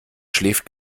schläft